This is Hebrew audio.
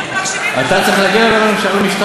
אתה צריך להגן על המשטרה,